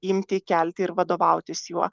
imti kelti ir vadovautis juo